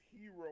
hero